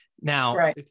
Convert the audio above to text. Now